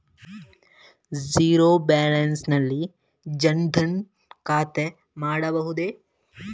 Zero balance ನಲ್ಲಿ ಜನ್ ಧನ್ ಖಾತೆ ಮಾಡಬಹುದೇ?